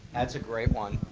that's a great one.